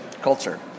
culture